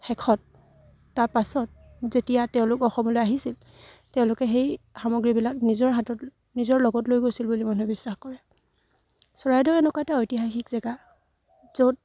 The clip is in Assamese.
শেষত তাৰ পাছত যেতিয়া তেওঁলোক অসমলৈ আহিছিল তেওঁলোকে সেই সামগ্ৰীবিলাক নিজৰ হাতত নিজৰ লগত লৈ গৈছিল বুলি মানুহে বিশ্বাস কৰে চৰাইদেউ এনেকুৱা এটা ঐতিহাসিক জেগা য'ত